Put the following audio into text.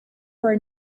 our